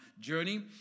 journey